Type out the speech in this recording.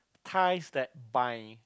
ties that bind